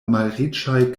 malriĉaj